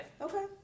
Okay